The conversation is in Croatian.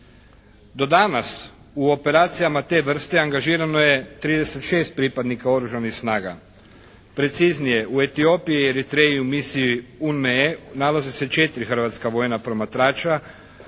Do danas u operacijama te vrste angažirano je 36 pripadnika oružanih snaga. Preciznije, u Etiopiji i Eritreji u misiji UNE nalaze se 4 hrvatska vojna promatrača,